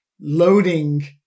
loading